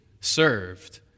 served